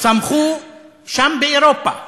צמחו שם באירופה,